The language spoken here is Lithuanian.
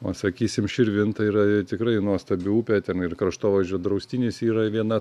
o sakysim širvintai yra tikrai nuostabi upė ten ir kraštovaizdžio draustinis yra viena